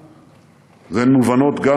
הן מובנות לנו,